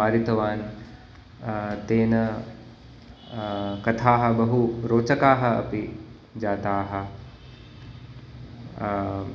मारितवान् तेन कथाः बहु रोचकाः अपि जाताः